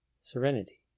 serenity